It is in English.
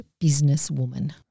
businesswoman